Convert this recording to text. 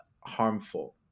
harmful